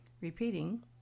Repeating